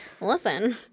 Listen